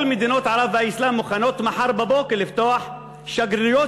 כל מדינות ערב והאסלאם מוכנות מחר בבוקר לפתוח שגרירויות